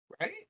right